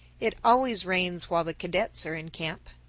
it always rains while the cadets are in camp.